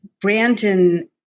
Brandon